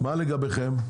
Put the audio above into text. מה לגביכם?